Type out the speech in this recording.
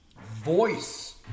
voice